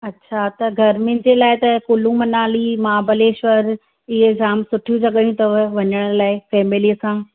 अच्छा त गरिमी जे लाइ कुल्लु मनाली महाबलेश्वर इहे जामु सुठियूं जॻहियूं अथव वञण लाइ फेमेली सां